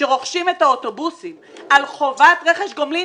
שרוכשים את האוטובוסים על חובת רכש גומלין,